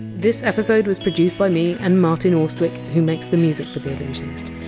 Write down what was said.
this episode was produced by me and martin austwick, who makes the music for the allusionist.